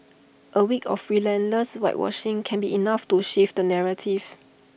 A week of relentless whitewashing can be enough to shift the narrative